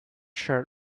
shirt